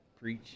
preach